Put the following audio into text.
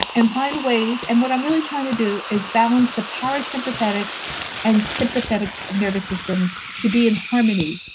and find ways, and what i'm really trying to do is balance the parasympathetic and sympathetic nervous systems to be in harmony.